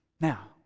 Now